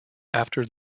after